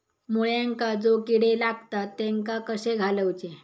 मुळ्यांका जो किडे लागतात तेनका कशे घालवचे?